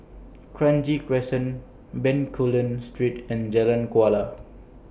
Kranji Crescent Bencoolen Street and Jalan Kuala